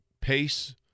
pace